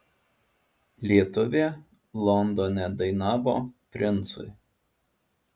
lietuvė londone dainavo princui